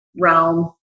Realm